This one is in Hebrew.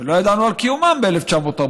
שלא ידענו על קיומם ב-1948,